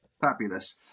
Fabulous